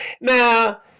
Now